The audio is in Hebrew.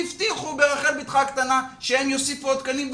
היו כאן והבטיחו ברחל בתך הקטנה שהם יוסיפו עוד תקנים,